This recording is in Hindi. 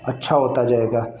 अच्छा होता जाएगा